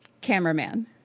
Cameraman